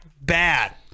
bad